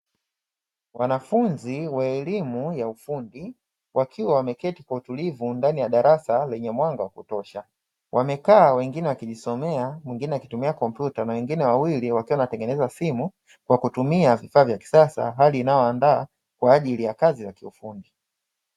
Wanafunzi wa elimu ya ufundi wakiwa wameketi kwa utulivu ndani ya darasa lenye mwanga wa kutosha, wamekaa wengine wakijisomea mwingine akitumia kompyuta, na wengine wawili wakiwa wanatengeneza simu, kwa kutumia vifaa vya kisasa hali inayowandaa kwa ajili ya kazi za kiufundi.